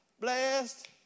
blessed